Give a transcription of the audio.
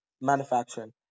manufacturing